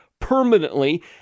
permanently